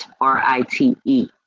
R-I-T-E